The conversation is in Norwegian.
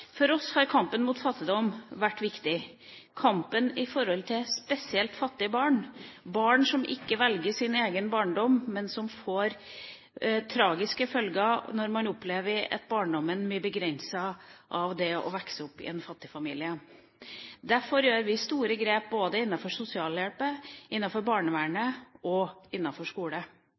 For oss har kampen mot fattigdom vært viktig, spesielt i forhold til fattige barn, barn som ikke velger sin egen barndom, men som opplever at barndommen blir begrenset av det å vokse opp i en fattig familie, og når det kan få tragiske følger. Derfor gjør vi store grep både innenfor sosialhjelpen, innenfor barnevernet og